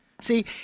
See